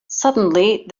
suddenly